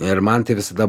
ir man tai visada